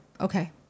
okay